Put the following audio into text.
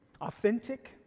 authentic